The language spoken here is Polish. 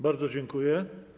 Bardzo dziękuję.